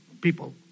people